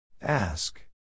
Ask